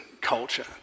culture